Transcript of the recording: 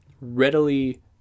readily